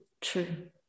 true